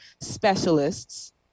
specialists